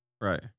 right